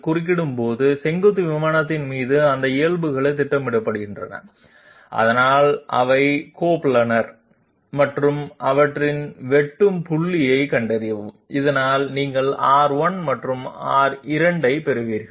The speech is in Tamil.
குறுக்கிடும் போது செங்குத்து விமானத்தின் மீது அந்த இயல்புகளை திட்டமிடுங்கள் அதனால் அவை கோப்லனர் மற்றும் அவற்றின் வெட்டும் புள்ளியைக் கண்டறியவும் இதனால் நீங்கள் R1 மற்றும் R2 ஐப் பெறுவீர்கள்